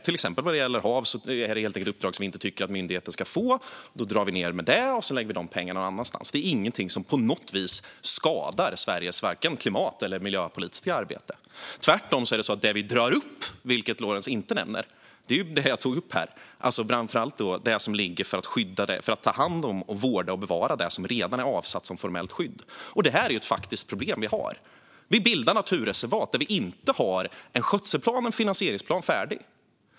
Till exempel vad gäller HaV är det helt enkelt uppdrag som vi inte tycker att myndigheten ska få, och då drar vi ned där och lägger de pengarna någon annanstans. Det är ingenting som på något vis skadar vare sig Sveriges klimat eller miljöpolitiska arbete. Tvärtom drar vi upp, vilket Lorentz inte nämnde, det som jag tog upp här, alltså framför allt det som ligger för att ta hand om, vårda och bevara det som redan är avsatt som formellt skydd. Det är ett faktiskt problem att vi bildar naturreservat fast det inte finns skötselplaner och finansieringsplaner färdiga.